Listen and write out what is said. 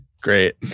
Great